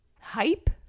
hype